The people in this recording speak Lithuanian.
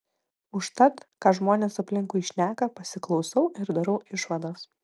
užtat ką žmonės aplinkui šneka pasiklausau ir darau išvadas